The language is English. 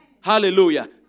Hallelujah